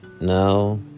No